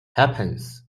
happens